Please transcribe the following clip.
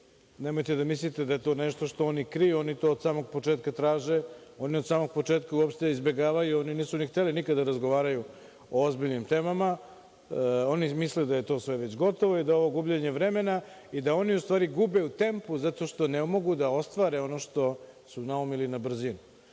nemojte da mislite da je to nešto što oni kriju, oni to od samog početka traže, oni od samog početka uopšte izbegavaju, jer oni nisu ni hteli nikada da razgovaraju o ozbiljnim temama. Oni misle da je to sve već gotovo i da je gubljenje vremena i da oni u stvari gube u tempu, zato što ne mogu da ostvare ono što su naumili na brzinu.